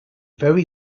very